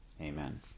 amen